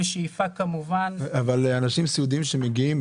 אבל אנשים סיעודיים שמגיעים,